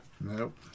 Nope